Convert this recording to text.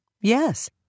Yes